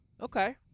Okay